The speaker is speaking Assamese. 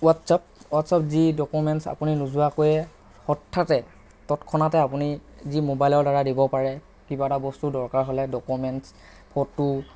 ৱাটছ্এপ ৱাটছ্এপ যি ডকুমেণ্টছ্ আপুনি নোযোৱাকৈয়ে হঠাতে তৎক্ষণাতে আপুনি যি মোবাইলৰ দ্বাৰা দিব পাৰে কিবা এটা বস্তুৰ দৰকাৰ হ'লে ডকুমেণ্টচ ফটো